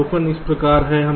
अवलोकन इस प्रकार है